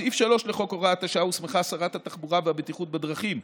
בסעיף 3 לחוק הוראת השעה הוסמכה שרת התחבורה והבטיחות בדרכים,